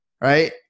right